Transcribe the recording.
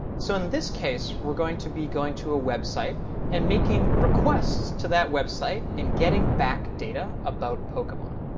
so in this case, we're going to be going to a website and making requests to that website and getting back data about pokemon.